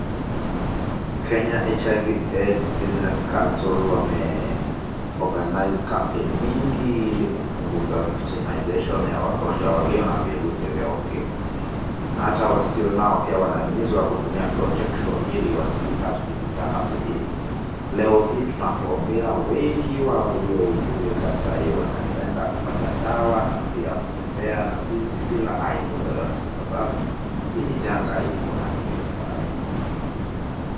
Kenya HIV AIDS Business Council wameorganise campaign mingi ili kupunguza victimisation ya wagonjwa walio na virusi vya ukimwi na hata wasio nao pia wanahimizwa kutumia [cs[protection ili wasijipate katika hali hii. Leo hii tunapoongea wengi waliohudhurika sai wanaweza enda na kupata dawa pia kutembea na sisi bila aibu yoyote sababu hii ni janga iko na tumekubali.